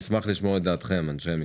אשמח לשמוע את דעתכם, אנשי המקצוע.